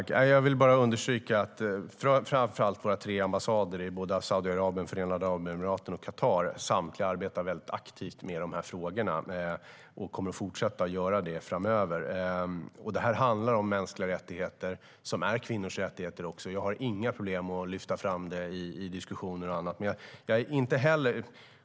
Fru talman! Jag vill bara understryka att framför allt våra tre ambassader i Saudiarabien, Förenade Arabemiraten och Qatar samtliga arbetar väldigt aktivt med dessa frågor och kommer att fortsätta att göra det framöver. Det handlar om mänskliga rättigheter, som också är kvinnors rättigheter. Jag har inga problem att lyfta fram det i diskussioner och annat.